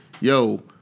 yo